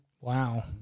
Wow